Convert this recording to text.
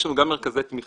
יש לנו גם מרכזי תמיכה,